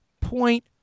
point